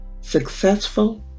successful